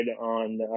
on